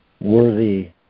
worthy